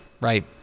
right